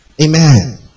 amen